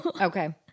Okay